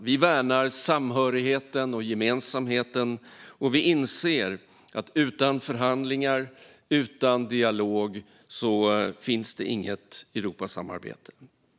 Vi värnar samhörigheten och gemensamheten, och vi inser att utan förhandlingar och utan dialog finns det inget Europasamarbete.